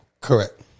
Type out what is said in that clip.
Correct